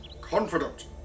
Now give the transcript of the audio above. confident